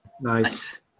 Nice